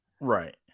right